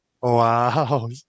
Wow